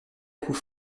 coup